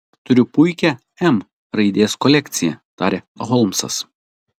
turiu puikią m raidės kolekciją tarė holmsas